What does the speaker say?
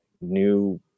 new